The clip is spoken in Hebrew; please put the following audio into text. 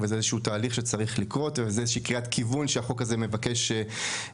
אבל זו איזו שהיא קריאת כיוון שהחוק הזה מבקש לקבוע.